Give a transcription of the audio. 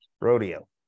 rodeo